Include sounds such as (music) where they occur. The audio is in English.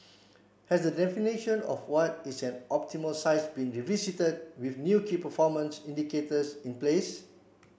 has the definition of what is an optimal size been (unintelligible) with new key performance indicators in place